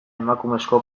emakumezko